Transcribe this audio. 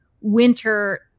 winter